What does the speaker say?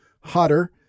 hotter